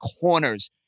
corners